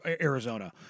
Arizona